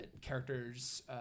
characters